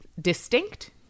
distinct